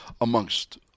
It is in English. amongst